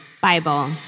Bible